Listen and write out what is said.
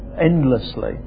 endlessly